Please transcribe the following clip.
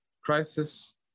crisis